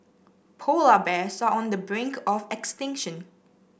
polar bears are on the brink of extinction